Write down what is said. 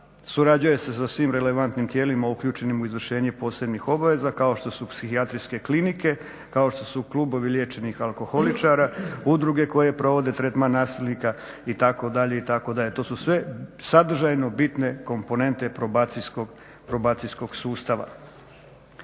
surađuje se sa svim relevantnim tijelima uključenim u izvršenje posebnih obaveza kao što su psihijatrijske klinike, kao što su klubovi liječenih alkoholičara, udruge koje provode tretman nasilnika itd. itd. To su sve sadržajno bitne komponente probacijskog sustava.